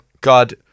God